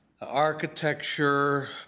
architecture